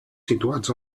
situats